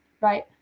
right